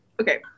Okay